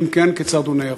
ואם כן, כיצד הוא הוא נערך?